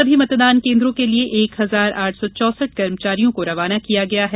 सभी मतदान केन्द्रों के लिए एक हजार आठ सौ र्चौसठ कर्मचारियों को रवाना किया गया है